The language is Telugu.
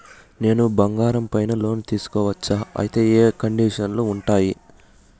నేను బంగారం పైన లోను తీసుకోవచ్చా? అయితే ఏ కండిషన్లు ఉంటాయి?